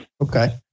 Okay